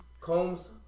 Combs